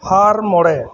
ᱦᱟᱨ ᱢᱚᱬᱮ